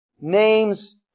names